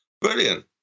brilliant